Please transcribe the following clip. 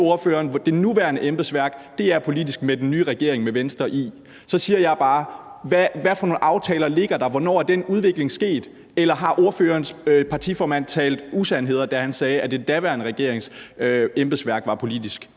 ordføreren: Det nuværende embedsværk er upolitisk med den nye regering, som Venstre er med i. Så spørger jeg bare: Hvad for nogle aftaler ligger der? Hvornår er den udvikling sket? Eller har ordførerens partiformand talt usandt, da han sagde, at den daværende regerings embedsværk var politisk?